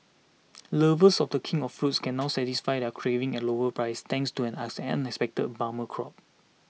lovers of the king of fruits can now satisfy their cravings at lower prices thanks to an expected bumper crop